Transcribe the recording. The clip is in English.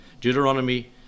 Deuteronomy